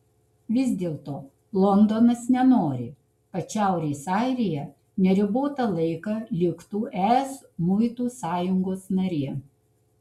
vis dėlto londonas nenori kad šiaurės airija neribotą laiką liktų es muitų sąjungos narė